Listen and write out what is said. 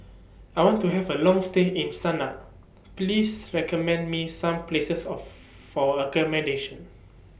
I want to Have A Long stay in Sanaa Please recommend Me Some Places of For accommodation